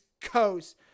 Coast